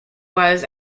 was